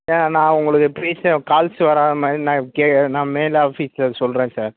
ஏன்னால் நான் உங்களுக்கு ஃபீஸு கால்ஸ் வராத மாதிரி நான் கே நான் மேல் ஆஃபீஸில் சொல்கிறேன் சார்